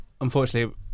Unfortunately